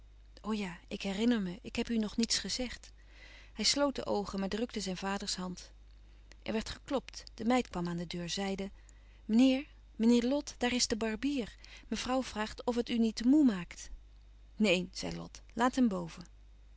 ja ik herinner me ik heb u nog niets gezegd hij sloot de oogen maar drukte zijn vaders hand er werd geklopt de meid kwam aan de deur zeide meneer meneer lot daar is de barbier mevrouw vraagt of het u niet te moê maakt neen zei lot laat hem boven